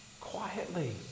Quietly